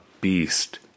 beast